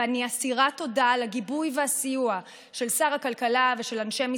ואני אסירת תודה על הגיבוי והסיוע של שר הכלכלה ושל אנשי משרדו.